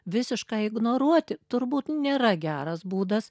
visiškai ignoruoti turbūt nėra geras būdas